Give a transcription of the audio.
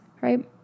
right